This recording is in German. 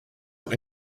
auch